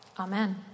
Amen